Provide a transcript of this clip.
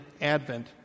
Advent